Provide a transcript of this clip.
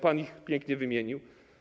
Pan ich pięknie wymienił.